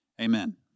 Amen